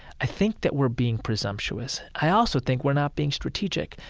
i think that we're being presumptuous. i also think we're not being strategic,